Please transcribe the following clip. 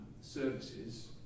services